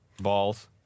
Balls